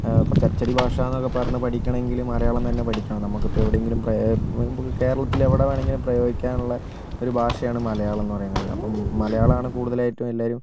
കുറച്ച് അച്ചടി ഭാഷ എന്നൊക്കെ പറഞ്ഞ് അടിക്കാണെങ്കിൽ മലയാളം തന്നെ പഠിക്കണം നമുക്കിപ്പോൾ എവിടെയെങ്കിലും കേരളത്തിലെവിടെ വേണമെങ്കിലും പ്രയോഗിക്കാനുള്ള ഒരു ഭാഷയാണ് മലയാളം എന്ന് പറയുന്നത് അപ്പം മലയാളമാണ് കൂടുതൽ ഏറ്റോം എല്ലാവരും